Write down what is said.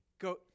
go